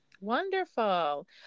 Wonderful